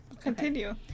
Continue